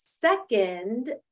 second